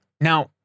now